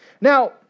Now